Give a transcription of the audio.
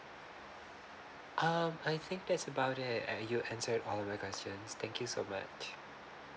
um I think that's about it uh you've answered all of my questions thank you so much